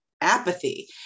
apathy